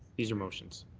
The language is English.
these are motions.